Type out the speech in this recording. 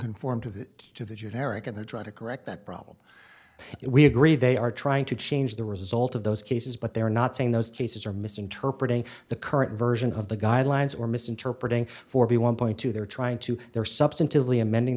conform to that to that you herrick and they try to correct that problem we agree they are trying to change the result of those cases but they're not saying those cases are misinterpreting the current version of the guidelines or misinterpreting for b one point two they're trying to they're substantively amending